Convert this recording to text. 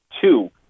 two